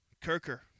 Kirker